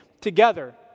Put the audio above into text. together